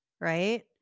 right